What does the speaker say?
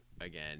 again